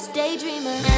daydreamer